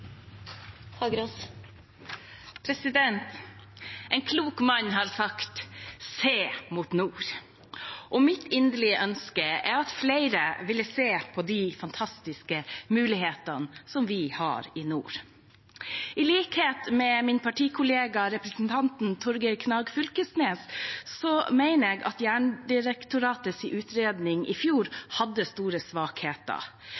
klok mann har sagt: «Se mot nord.» Mitt inderlige ønske er at flere vil se på de fantastiske mulighetene vi har i nord. I likhet med min partikollega representanten Torgeir Knag Fylkesnes mener jeg at Jernbanedirektoratets utredning i